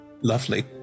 lovely